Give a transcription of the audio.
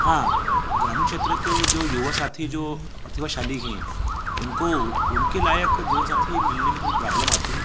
हाँ ग्रामीण क्षेत्र के जो युवा साथी जो प्रतिभाशाली हैं उनको उनके लायक जीवन साथी मिलने में थोड़ी प्राब्लम आती है